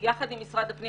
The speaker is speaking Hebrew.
אנחנו יחד עם משרד הפנים.